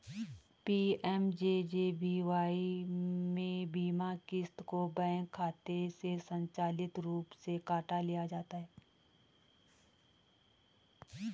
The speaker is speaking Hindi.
पी.एम.जे.जे.बी.वाई में बीमा क़िस्त को बैंक खाते से स्वचालित रूप से काट लिया जाता है